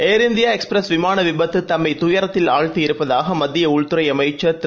ஏர் India express விமான விபத்து தம்மை துயரத்தில் ஆழ்த்தியிருப்பதாக மத்திய உள்துறை அமைச்சர் திரு